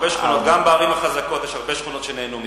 גם בערים החזקות יש הרבה שכונות שנהנו מכך.